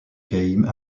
game